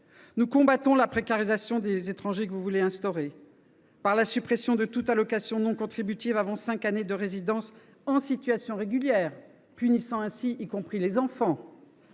Nous combattons la précarisation des étrangers que vous voulez instaurer, par la suppression de toute allocation non contributive avant cinq années de résidence en situation régulière – les enfants,